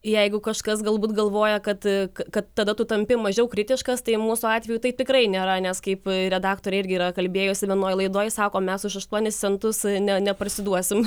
jeigu kažkas galbūt galvoja kad kad tada tu tampi mažiau kritiškas tai mūsų atveju taip tikrai nėra nes kaip redaktorė irgi yra kalbėjusi vienoj laidoj sako mes už aštuoni centus ne neparsiduosim